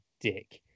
dick